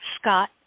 Scott